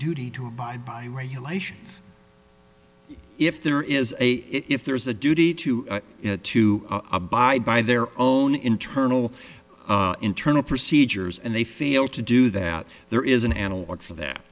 duty to abide by regulations if there is a if there's a duty to it to abide by their own internal internal procedures and they fail to do that there is an analogue for that